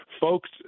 Folks